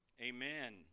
Amen